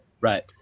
right